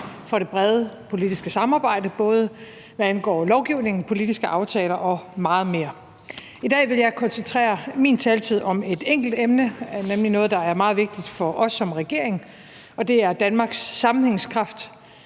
for det brede politiske samarbejde, både hvad angår lovgivning, politiske aftaler og meget mere. I dag vil jeg koncentrere min taletid om et enkelt emne, nemlig noget, der er meget vigtigt for os som regering, og det er Danmarks sammenhængskraft.